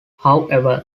however